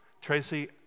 Tracy